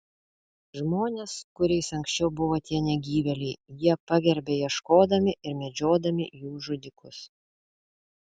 žmones kuriais anksčiau buvo tie negyvėliai jie pagerbia ieškodami ir medžiodami jų žudikus